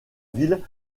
ville